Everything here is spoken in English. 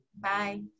Bye